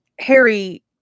Harry